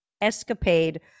escapade